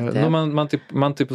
nu man man taip man taip